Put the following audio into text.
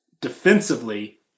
Defensively